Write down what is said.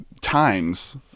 times